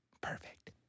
Perfect